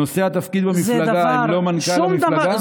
נושא התפקיד במפלגה הוא לא מנכ"ל המפלגה?